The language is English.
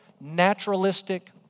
naturalistic